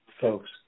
folks